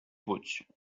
puig